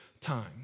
time